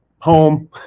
home